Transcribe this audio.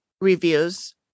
reviews